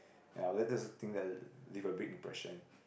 ya that's the thing that leave a big impression